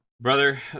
brother